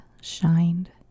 shined